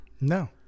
No